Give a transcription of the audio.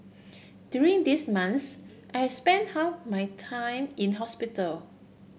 during these months I spent half my time in hospital